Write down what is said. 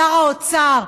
שר האוצר,